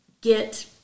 get